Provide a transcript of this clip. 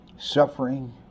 suffering